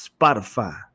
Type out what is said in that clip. Spotify